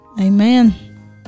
amen